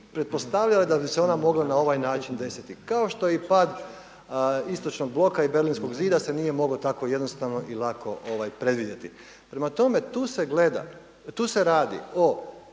pretpostavljale da bi se ona mogla na ovaj način desiti kao što je i pad Istočnog bloka i Berlinskog zida se nije mogao tako jednostavno i lako predvidjeti. Prema tome tu se gleda, tu se radi o